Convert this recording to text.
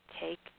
take